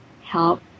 help